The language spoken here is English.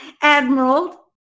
Admiral